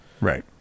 right